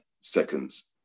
seconds